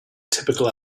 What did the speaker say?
typical